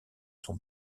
son